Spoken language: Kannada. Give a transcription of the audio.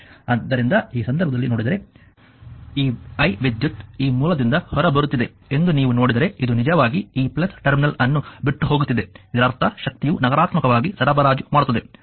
ಆದ್ದರಿಂದ ಈ ಸಂದರ್ಭದಲ್ಲಿ ನೋಡಿದರೆ ಈ I 1 ವಿದ್ಯುತ್ ಈ ಮೂಲದಿಂದ ಹೊರಬರುತ್ತಿದೆ ಎಂದು ನೀವು ನೋಡಿದರೆ ಇದು ನಿಜವಾಗಿ ಈ ಟರ್ಮಿನಲ್ ಅನ್ನು ಬಿಟ್ಟು ಹೋಗುತ್ತಿದೆ ಇದರರ್ಥ ಶಕ್ತಿಯು ನಕಾರಾತ್ಮಕವಾಗಿ ಸರಬರಾಜು ಮಾಡುತ್ತದೆ